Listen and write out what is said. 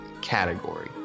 Category